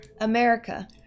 America